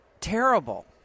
terrible